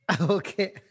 Okay